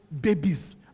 babies